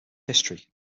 history